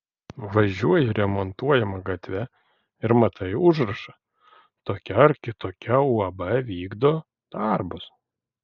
važiuoji remontuojama gatve ir matai užrašą tokia ar kitokia uab vykdo darbus